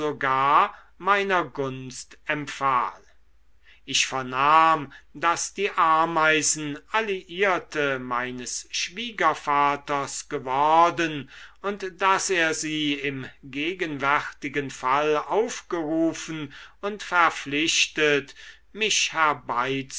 meiner gunst empfahl ich vernahm daß die ameisen alliierte meines schwiegervaters geworden und daß er sie im gegenwärtigen fall aufgerufen und verpflichtet mich